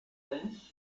evans